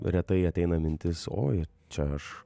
retai ateina mintis oi čia aš